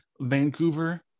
vancouver